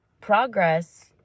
progress